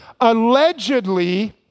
allegedly